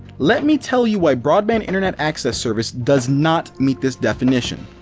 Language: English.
let me tell you why broadband internet access service does not meet this definition.